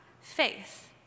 faith